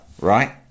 right